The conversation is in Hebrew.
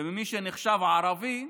וממי שנחשב ערבי,